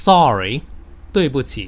Sorry,对不起